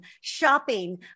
shopping